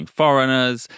foreigners